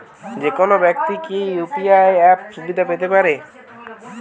যেকোনো ব্যাক্তি কি ইউ.পি.আই অ্যাপ সুবিধা পেতে পারে?